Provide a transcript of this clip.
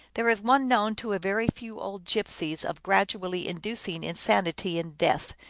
there is one known to a very few old gypsies, of gradually inducing insanity and death,